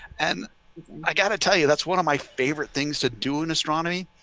and i got to tell you, that's one of my favorite things to do in astronomy,